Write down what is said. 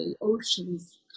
oceans